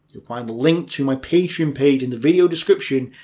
you'll find the link to my patreon page in the video description,